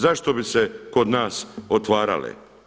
Zašto bi se kod nas otvarale?